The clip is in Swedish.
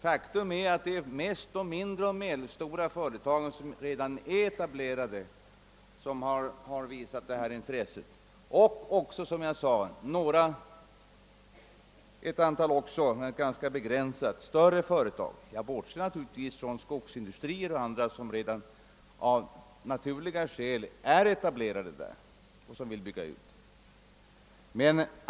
Faktum är att det mest är mindre och medelstora företag, som redan är etablerade, som har visat detta intresse, men däremot bara ett ganska begränsat antal större företag — jag bortser naturligtvis från skogsindustrier och liknande företag som av naturliga skäl redan är etablerade där och som vill bygga ut verksamheten.